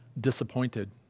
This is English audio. disappointed